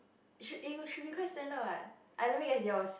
it should it should be quite standard what I let me guess yours